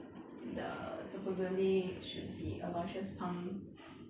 the supposedly should be aloysius pang